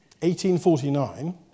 1849